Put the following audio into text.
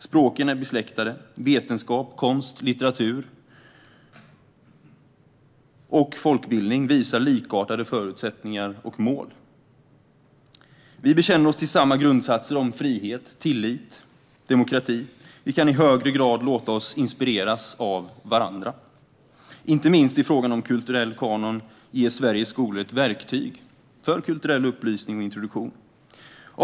Språken är besläktade, och vetenskap, konst, litteratur och folkbildning visar likartade förutsättningar och mål. Vi bekänner oss till samma grundsatser om frihet, tillit och demokrati. Därför kan vi i högre grad låta oss inspireras av varandra, inte minst i frågan om kulturkanon, och därigenom ge Sveriges skolor ett verktyg för kulturell upplysning och introduktion.